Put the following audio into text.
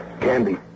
Candy